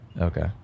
Okay